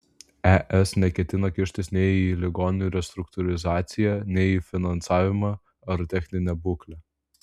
es neketina kištis nei į ligoninių restruktūrizaciją nei į finansavimą ar techninę būklę